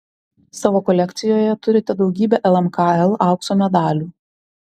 savo kolekcijoje turite daugybę lmkl aukso medalių